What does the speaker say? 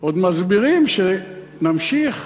עוד מסבירים שנמשיך.